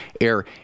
air